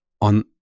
on